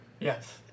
Yes